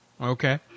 Okay